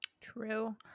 True